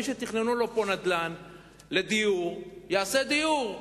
מי שתכננו לו פה נדל"ן לדיור, יעשה דיור.